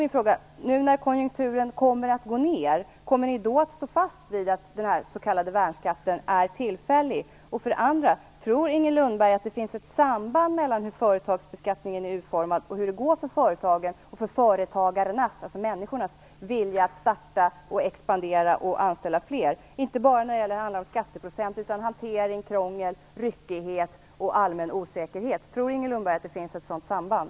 När nu konjunkturen kommer att gå ned kommer ni då att stå fast vid att den s.k. värnskatten är tillfällig? Tror Inger Lundberg att det finns ett samband mellan företagsbeskattningens utformning och företagarnas vilja att starta företag, expandera och anställa fler? Det handlar inte bara om skatteprocent utan om hantering, krångel, ryckighet och allmän osäkerhet. Tror Inger Lundberg att det finns ett sådant samband?